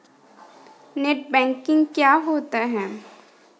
Net banking क्या होता है?